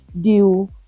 due